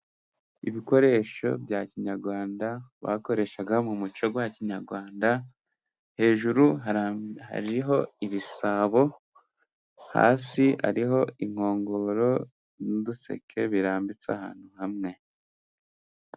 Ibikoresho bya kinyarwanda bakoreshaga mu muco wa kinyarwanda, hejuru hara hariho ibisabo, hasi hariho inkongoro n'unduseke birambitse ahantu hamwe.